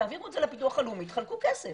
תעבירו את זה לביטוח הלאומי ותחלקו כסף.